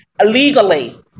illegally